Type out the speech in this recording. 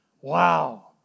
Wow